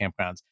campgrounds